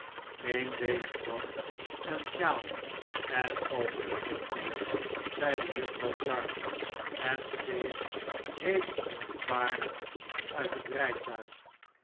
neem deze mand en sjaal en open het portier zeide juffrouw sharp en steeg hevig verontwaardigd uit het rijtuig